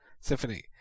Symphony